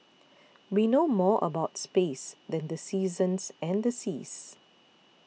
we know more about space than the seasons and the seas